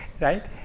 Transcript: Right